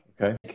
Okay